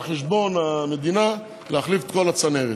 על חשבון המדינה, להחליף את כל הצנרת.